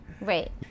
Right